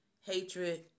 Hatred